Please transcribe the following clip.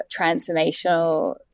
transformational